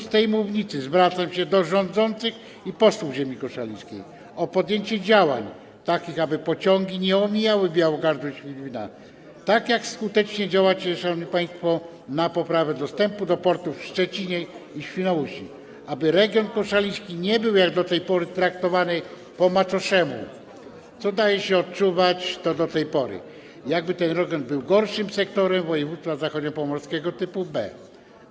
Z tej mównicy zwracam się do rządzących i posłów ziemi koszalińskiej o podjęcie takich działań, aby pociągi nie omijały Białogardu i Świdwina - tak jak skutecznie działacie, szanowni państwo, w zakresie poprawy dostępu do portów w Szczecinie i w Świnoujściu - aby region koszaliński nie był jak do tej pory traktowany po macoszemu, co daje się odczuwać do tej pory, jakby ten region był gorszym sektorem województwa zachodniopomorskiego, typu B.